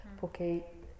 porque